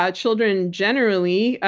ah children, generally,